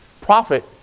Profit